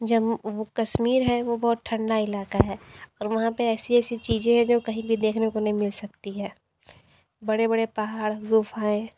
जम्मू कश्मीर है वो बहुत ठंडा इलाका है और वहाँ पे ऐसी ऐसी चीज़ें है जो कहीं भी देखने को नहीं मिल सकती है बड़े बड़े पहाड़ गुफाएँ